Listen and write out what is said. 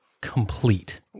complete